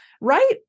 right